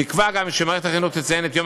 נקבע גם שמערכת החינוך תציין את יום